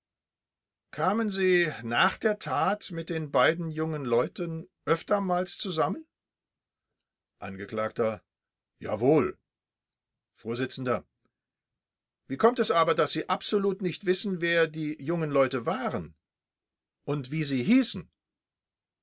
kamen sie nach der tat mit den beiden jungen leuten oftmals zusammen angekl jawohl vors wie kommt es aber daß sie absolut nicht wissen wer die jungen leute waren und wie sie hießen